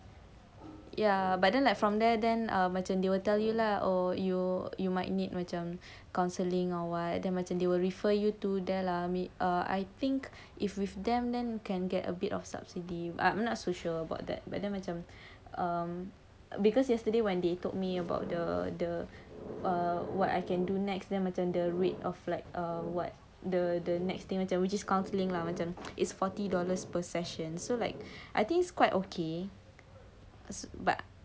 ya but then like from there then um macam they will tell you lah or you you might need macam counselling or what then macam they will refer you to them lah me err I think if with them then can get a bit of subsidy ah I'm not so sure about that but then macam um because yesterday when they told me about the the err what I can do next then macam rate of like err what the next thing then we just counselling lah macam is forty dollars per session so like I think it's quite okay but